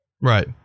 Right